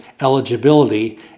eligibility